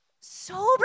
Sober